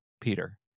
Peter